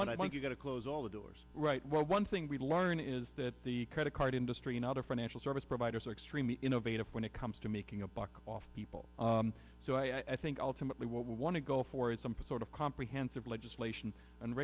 think you've got close all the doors right well one thing we learn is that the credit card industry and other financial service providers are extremely innovative when it comes to making a buck off people so i think ultimately what we want to go for is simple sort of comprehensive legislation and